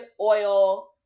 oil